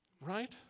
Right